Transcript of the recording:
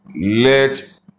Let